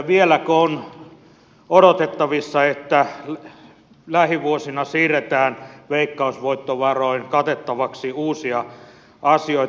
vieläkö on odotettavissa että lähivuosina siirretään veikkausvoittovaroin katettavaksi uusia asioita